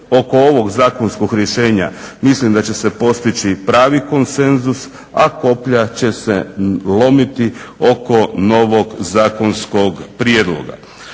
Ovo ovog zakonskog rješenja mislim da će se postići pravi konsenzus, a koplja će se lomiti oko novog zakonskog prijedloga.